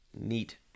neat